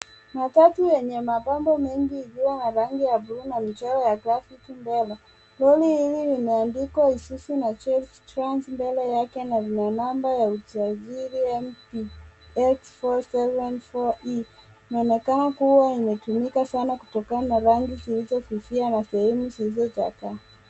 Matatu yenye mapambo mengi ikiwa na rangi ya blue na michoro ya grafiki mbele. Lori hili limeandikwa isuzu na chevtrans mbele yake na yenye namba ya usajili mp x474e . Inaonekana kuwa imetumika sana kutokana na rangi zilizofifia na sehemu zilizochakaa.